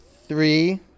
Three